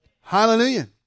Hallelujah